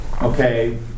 Okay